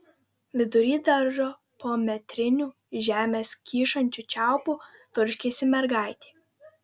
vidury daržo po metriniu iš žemės kyšančiu čiaupu turškėsi mergaitė